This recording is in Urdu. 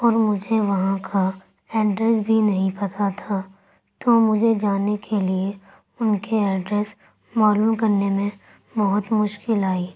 اور مجھے وہاں کا ایڈریس بھی نہیں پتہ تھا تو مجھے جانے کے لیے ان کے ایڈریس معلوم کرنے میں بہت مشکل آئی